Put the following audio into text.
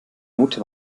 note